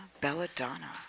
Belladonna